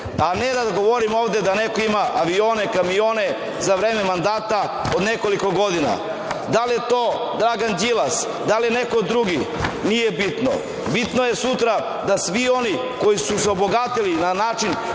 a ne da govorimo ovde da neko ima avione, kamione za vreme mandata od nekoliko godina. Da li je to Dragan Đilas, da li neko drugi, nije bitno. Bitno je sutra da svi oni koji su se obogatili na način